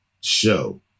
show